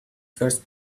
first